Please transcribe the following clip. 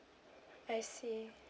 I see